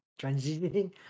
transitioning